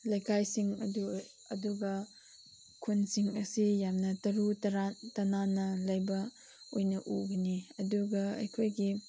ꯂꯩꯀꯥꯏꯁꯤꯡ ꯑꯗꯨ ꯑꯗꯨꯒ ꯈꯨꯟꯁꯤꯡ ꯑꯁꯤ ꯌꯥꯝꯅ ꯇꯔꯨ ꯇꯅꯥꯟꯅ ꯂꯩꯕ ꯑꯣꯏꯅ ꯎꯒꯅꯤ ꯑꯗꯨꯒ ꯑꯩꯈꯣꯏꯒꯤ